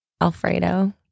Alfredo